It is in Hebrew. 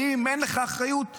האם אין לך אחריות שם?